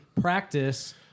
practice